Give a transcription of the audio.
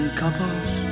couples